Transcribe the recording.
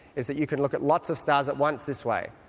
is that you can look at lots of stars at once this way.